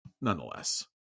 Nonetheless